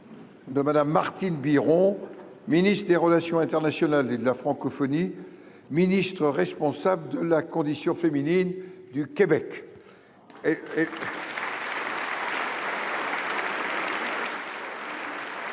de Mme Martine Biron, ministre des relations internationales et de la francophonie, ministre responsable de la condition féminine du Québec. Elle est